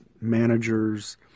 managers